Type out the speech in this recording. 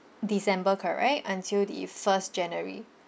december correct until the first january